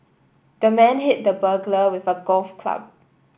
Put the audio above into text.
the man hit the burglar with a golf club